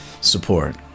support